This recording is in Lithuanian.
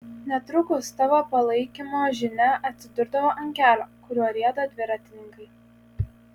netrukus tavo palaikymo žinia atsidurdavo ant kelio kuriuo rieda dviratininkai